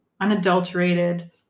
unadulterated